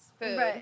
food